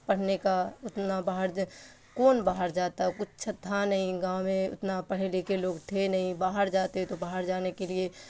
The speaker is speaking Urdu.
پڑھنے کا اتنا باہر کون باہر جاتا ہے کچھ تھا نہیں گاؤں میں اتنا پڑھے لکھے لوگ تھے نہیں باہر جاتے تو باہر جانے کے لیے